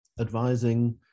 advising